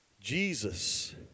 Jesus